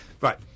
right